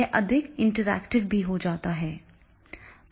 यह अधिक इंटरैक्टिव भी हो जाता है